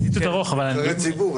הם נבחרי ציבור,